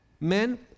Men